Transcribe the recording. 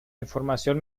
información